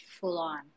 full-on